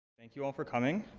thank you all for coming.